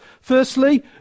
firstly